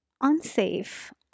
unsafe